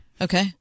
Okay